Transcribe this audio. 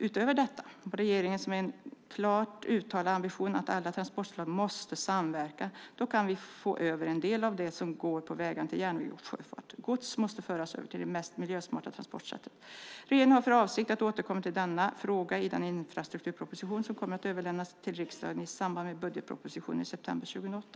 Utöver detta har regeringen som en klart uttalad ambition att alla transportslagen måste samverka. Då kan vi få över en del av det som går på vägarna till järnväg och sjöfart. Gods måste föras över till det mest miljösmarta transportsättet. Regeringen har för avsikt att återkomma till denna fråga i den infrastrukturproposition som kommer att överlämnas till riksdagen i samband med budgetpropositionen i september 2008.